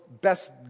best